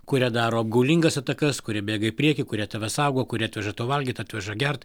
kurie daro apgaulingas atakas kurie bėga į priekį kurie tave saugo kurie atveža tau valgyt atveža gert